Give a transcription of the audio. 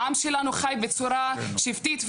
העם שלנו חי בצורה שבטית".